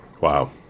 Wow